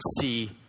see